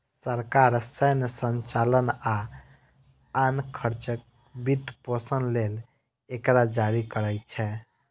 सरकार सैन्य संचालन आ आन खर्चक वित्तपोषण लेल एकरा जारी करै छै